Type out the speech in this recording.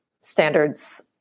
standards